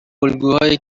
الگوهای